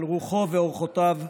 על רוחו ואורחותיו.